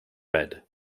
red